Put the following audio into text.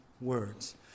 words